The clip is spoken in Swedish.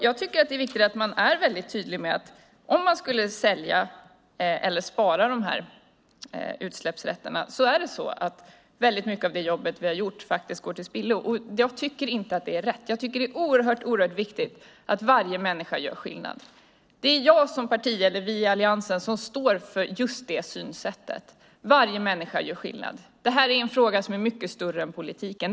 Det är viktigt att vara tydlig med att om vi säljer eller sparar utsläppsrätterna går mycket av det jobb Sverige gjort till spillo. Det är inte rätt. Det är oerhört viktigt att varje människa gör skillnad. Det är vi i Alliansen som står för synsättet att varje människa gör skillnad. Denna fråga är mycket större än politiken.